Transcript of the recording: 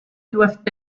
doivent